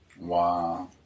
Wow